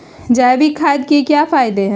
जैविक खाद के क्या क्या फायदे हैं?